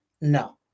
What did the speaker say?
No